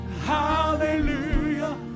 hallelujah